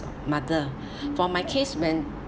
mother for my case when